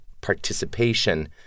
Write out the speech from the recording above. participation